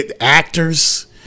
actors